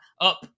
up